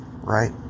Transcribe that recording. right